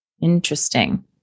Interesting